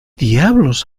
diablos